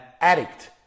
addict